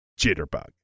jitterbug